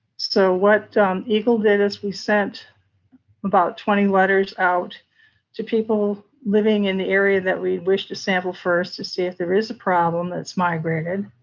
so what egle did is we sent about twenty letters out to people living in the area that we wish to sample first to see if there is a problem that's migrated,